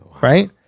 Right